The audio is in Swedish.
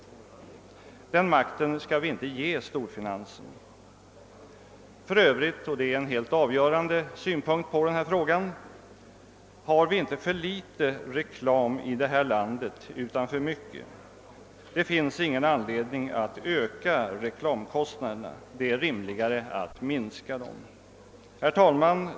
Den makten skall vi inte ge storfinansen. För övrigt — och det är en helt avgörande synpunkt på denna fråga — har vi inte för litet reklam i detta land utan för mycket. Det finns ingen anledning att öka reklamkostnaderna. Det är rimligare att minska dem. Herr talman!